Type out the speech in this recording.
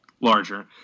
larger